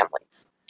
families